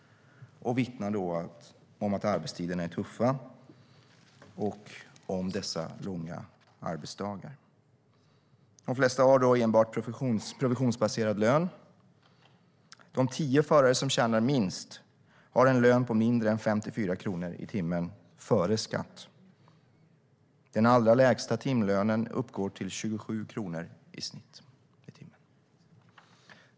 Han vittnar om tuffa arbetstider och långa arbetsdagar. De flesta har enbart provisionsbaserad lön. De tio förare som tjänar minst har en lön på mindre än 54 kronor i timmen före skatt. Den allra lägsta timlönen ligger på 27 kronor.